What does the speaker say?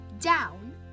down